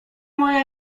moja